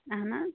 اہن حظ